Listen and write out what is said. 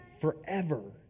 forever